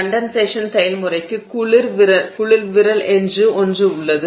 condensation செயல்முறைக்கு குளிர் விரல் என்று ஒன்று உள்ளது